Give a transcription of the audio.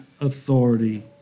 authority